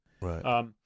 Right